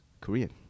Korean